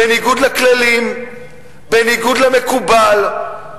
בניגוד לכללים, בניגוד למקובל.